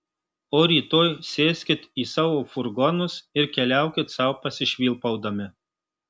o rytoj sėskit į savo furgonus ir keliaukit sau pasišvilpaudami